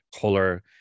Color